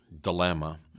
dilemma